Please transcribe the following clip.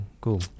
Cool